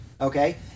okay